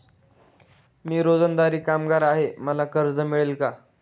मी रोजंदारी कामगार आहे मला कर्ज मिळेल का?